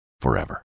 forever